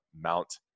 Mount